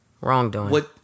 wrongdoing